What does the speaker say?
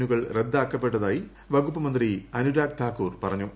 എന്നുകൾ റദ്ദാക്കളപ്പെട്ടത്തിയി വകുപ്പുമന്ത്രി അനുരാഗ് താക്കൂർ പറഞ്ഞു